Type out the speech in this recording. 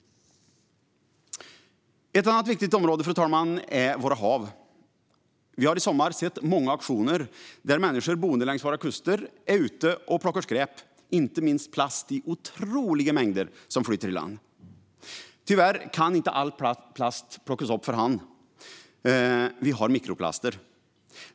Ett annat viktigt område är våra hav. Vi har i sommar sett många aktioner där människor boende längs våra kuster är ute och plockar skräp, inte minst plast som flyter i land i otroliga mängder. Tyvärr kan inte all plast plockas upp för hand. Vi har mikroplaster.